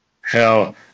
Hell